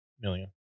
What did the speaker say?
million